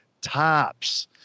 tops